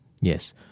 Yes